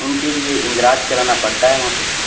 ان کے لیے اندراج کرانا پڑتا ہے یہاں پہ